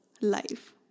life